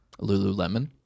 Lululemon